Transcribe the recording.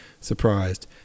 surprised